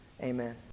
Amen